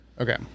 Okay